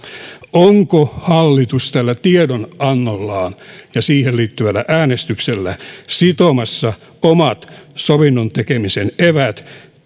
onko hallitus tällä tiedonannollaan ja siihen liittyvällä äänestyksellä sitomassa omat sovinnontekemisen eväät